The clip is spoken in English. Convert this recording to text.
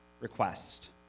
request